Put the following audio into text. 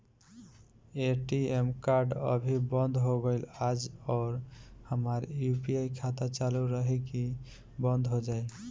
ATM card अभी बंद हो गईल आज और हमार यू.पी.आई खाता चालू रही की बन्द हो जाई?